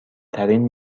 ترین